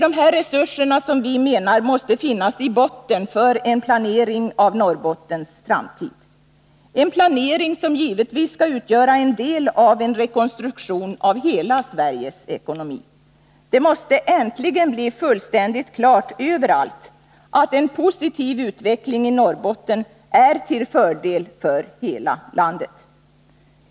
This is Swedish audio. Dessa resurser, menar vi, måste finnas i botten för en planering av Norrbottens framtid, en planering som givetvis skall utgöra en del av en 8 Riksdagens protokoll 1980/81:114-115 rekonstruktion av hela Sveriges ekonomi. Det måste äntligen bli fullständigt klart överallt att en positiv utveckling i Norrbotten är till fördel för hela landet.